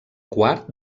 quart